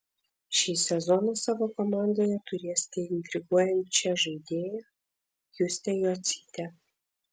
šį sezoną savo komandoje turėsite intriguojančią žaidėją justę jocytę